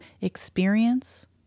experience